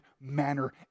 manner